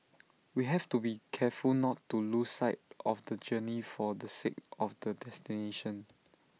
we have to be careful not to lose sight of the journey for the sake of the destination